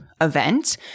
event